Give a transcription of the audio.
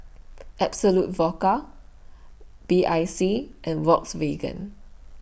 Absolut Vodka B I C and Volkswagen